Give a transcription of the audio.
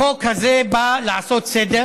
החוק הזה בא לעשות סדר